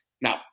Now